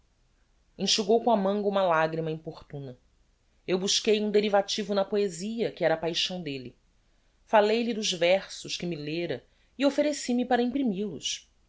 enxugou com a manga uma lagrima importuna eu busquei um derivativo na poesia que era a paixão delle fallei lhe dos versos que me lera e offereci me para imprimil os